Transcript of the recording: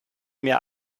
mir